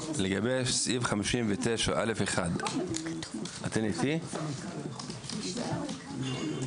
לגבי סעיף 59א1. בחקיקה של דיני הבריאות